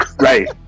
Right